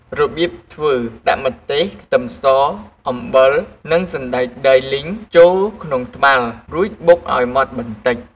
របៀបធ្វើ ដាក់ម្ទេស ខ្ទឹមស អំបិល និងសណ្ដែកដីលីងចូលក្នុងត្បាល់ រួចបុកឲ្យម៉ត់បន្តិច។